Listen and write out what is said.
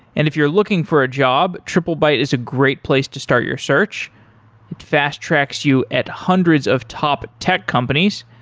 and if you're looking for a job, triplebyte is a great place to start your search. it fast tracks you at hundreds of top tech companies.